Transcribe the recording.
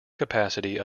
capacity